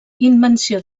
invenció